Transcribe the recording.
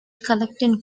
collecting